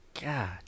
God